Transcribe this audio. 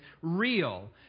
real